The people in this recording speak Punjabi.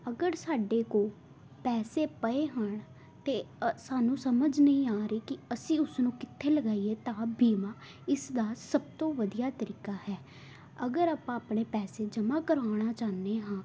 ਅਗਰ ਸਾਡੇ ਕੋਲ ਪੈਸੇ ਪਏ ਹਨ ਅਤੇ ਸਾਨੂੰ ਸਮਝ ਨਹੀਂ ਆ ਰਹੀ ਕਿ ਅਸੀਂ ਉਸਨੂੰ ਕਿੱਥੇ ਲਗਾਈਏ ਤਾਂ ਬੀਮਾ ਇਸ ਦਾ ਸਭ ਤੋਂ ਵਧੀਆ ਤਰੀਕਾ ਹੈ ਅਗਰ ਆਪਾਂ ਆਪਣੇ ਪੈਸੇ ਜਮ੍ਹਾਂ ਕਰਾਉਣਾ ਚਾਹੁੰਦੇ ਹਾਂ